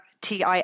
TI